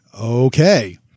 Okay